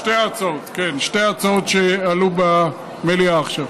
שתי ההצעות, כן, שתי ההצעות שעלו במליאה עכשיו.